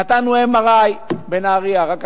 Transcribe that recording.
נתנו MRI בנהרייה רק עכשיו,